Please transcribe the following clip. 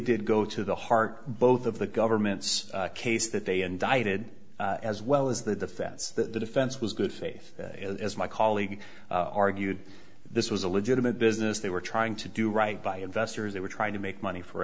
did go to the heart both of the government's case that they indicted as well as the defense that the defense was good faith as my colleague argued this was a legitimate business they were trying to do right by investors they were trying to make money for